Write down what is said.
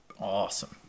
Awesome